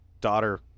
daughter